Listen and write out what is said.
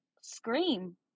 scream